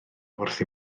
wrth